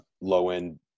low-end